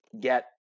get